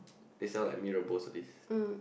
they sell like Mee-Rebus all this